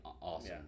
awesome